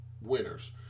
winners